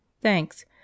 Thanks